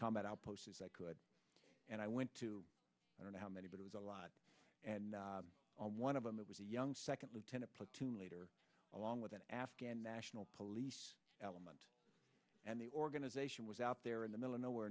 combat outposts as i could and i went to i don't know how many but it was a lot and one of them that was a young second lieutenant platoon leader along with an afghan national police element and the organization was out there in the middle of nowhere